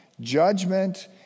judgment